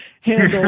handle